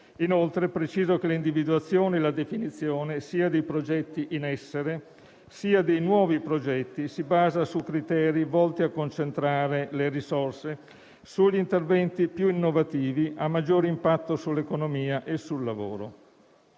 Inoltre, preciso che l'individuazione e la definizione, sia dei progetti in essere sia dei nuovi progetti, si basa su criteri volti a concentrare le risorse sugli interventi più innovativi, a maggior impatto sull'economia e sul lavoro.